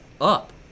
up